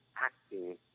acting